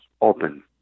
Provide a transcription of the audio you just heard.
open